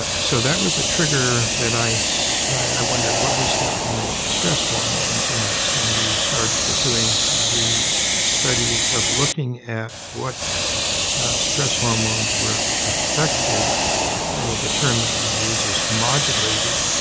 ah so, that was a trigger that i so i wondered what was happening with the stress hormones? and that's when we started pursuing the studies of looking at what stress hormones were affected the term that we use is modulated